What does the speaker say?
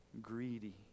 Greedy